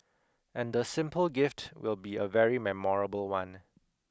and the simple gift will be a very memorable one